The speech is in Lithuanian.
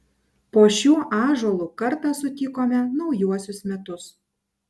po šiuo ąžuolu kartą sutikome naujuosius metus